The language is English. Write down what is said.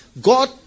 God